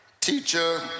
Teacher